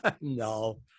No